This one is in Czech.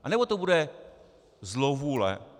Anebo to bude zlovůle?